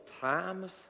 times